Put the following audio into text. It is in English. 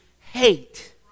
hate